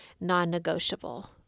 non-negotiable